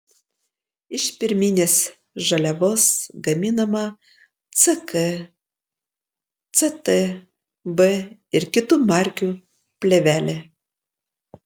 iš pirminės žaliavos gaminama ck ct b ir kitų markių plėvelė